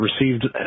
received